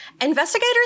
Investigators